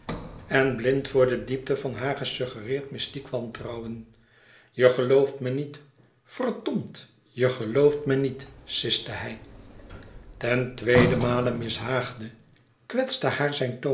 en blind voor de diepte van haar gesuggereerd mystiek wantrouwen je gelooft me niet verdomd je gelooft me niet siste hij ten tweeden male mishaagde kwetste haar zijn